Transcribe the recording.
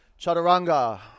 Chaturanga